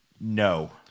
no